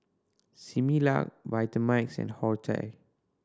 Similac Vitamix and Horti